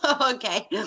Okay